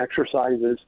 exercises